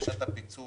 בקשת הפיצול